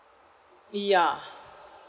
yeah